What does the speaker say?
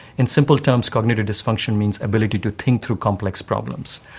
in simple terms, cognitive dysfunction means ability to think through complex problems.